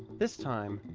this time,